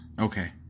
Okay